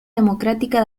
democrática